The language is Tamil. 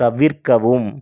தவிர்க்கவும்